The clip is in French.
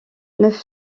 neuf